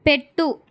పెట్టు